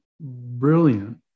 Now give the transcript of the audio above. brilliant